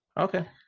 Okay